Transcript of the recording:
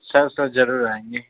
سر sir ضرور آئیں گے